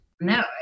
No